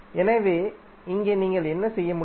எனவே இங்கே நீங்கள் என்ன செய்ய முடியும்